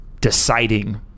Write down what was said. deciding